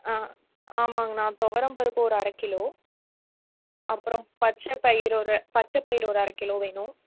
ஆ ஆமாங்கண்ணா துவரம்பருப்பு ஒரு அரை கிலோ அப்புறம் பச்சை பயிர் ஒரு பச்சை பயிர் ஒரு அரை கிலோ வேணும்